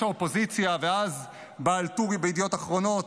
האופוזיציה ואז בעל טור בידיעות אחרונות,